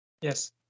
Yes